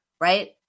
right